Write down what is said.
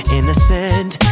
Innocent